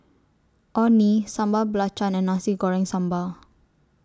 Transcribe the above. Orh Nee Sambal Belacan and Nasi Goreng Sambal